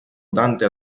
dante